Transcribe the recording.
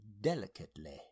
delicately